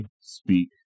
speak